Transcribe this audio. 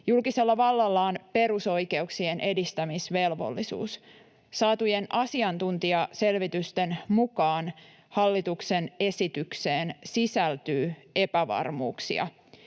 Julkisella vallalla on perusoikeuksien edistämisvelvollisuus. Saatujen asiantuntijaselvitysten mukaan hallituksen esitykseen sisältyy epävarmuuksia